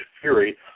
fury